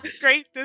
great